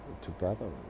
together